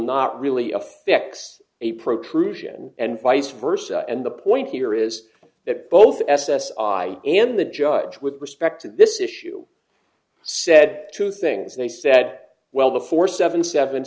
not really a fix a protrusion and vice versa and the point here is that both s s and the judge with respect to this issue said two things they said well the four seven seven